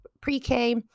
pre-K